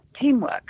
teamwork